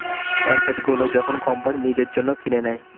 asset গুলো যখন company নিজের জন্য কিনে নেয়